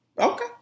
Okay